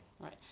Right